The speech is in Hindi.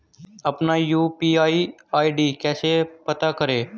अपना यू.पी.आई आई.डी कैसे पता करें?